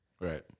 Right